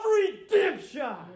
redemption